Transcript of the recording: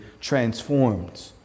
transformed